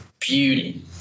beauty